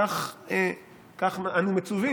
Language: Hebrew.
כך אנו מצווים.